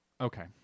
Okay